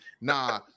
Nah